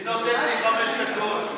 היא נותנת לי חמש דקות.